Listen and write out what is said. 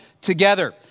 together